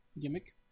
Gimmick